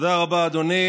תודה רבה, אדוני.